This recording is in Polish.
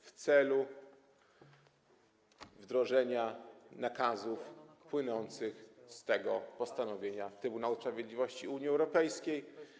w celu wdrożenia nakazów płynących z postanowienia Trybunału Sprawiedliwości Unii Europejskiej.